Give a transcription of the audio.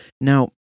Now